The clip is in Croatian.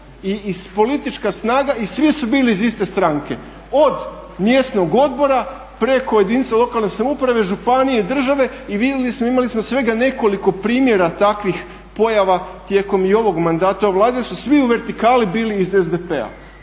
i politička snaga i svi su bili iz iste stranke od mjesnog odbora preko jedinice lokalne samouprave, županije, države i vidjeli smo, imali smo svega nekoliko primjera takvih pojava tijekom i ovog mandata ove Vlade jer su svi u vertikali bili iz SDP-a.